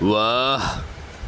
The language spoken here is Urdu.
واہ